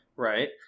Right